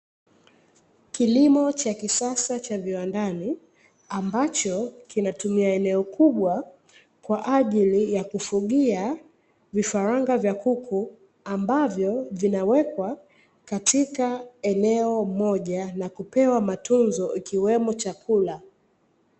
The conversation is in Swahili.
Kilimo cha kisasa cha viwandani ambacho kinatumua eneo kubwa kwa ajili ya kufugia vifaranga vya kuku, ambavyo vinawekwa katika eneo moja na kupewa matunzo ikiwemo chakula.